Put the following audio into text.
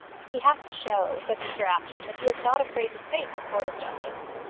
he has to show, said mr apjohn, that he is not afraid to face a court of justice.